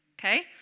Okay